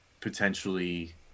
potentially